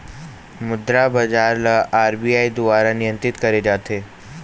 मुद्रा बजार ल आर.बी.आई दुवारा नियंत्रित करे जाथे